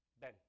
Ben